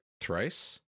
thrice